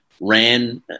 ran